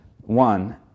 One